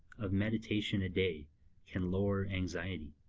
of meditation a day can lower anxiety.